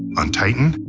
on titan,